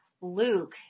Luke